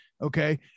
Okay